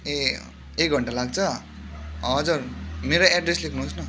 ए एक घन्टा लाग्छ हजुर मेरो एड्रेस लेख्नुहोस् न